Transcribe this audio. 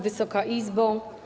Wysoka Izbo!